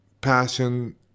passion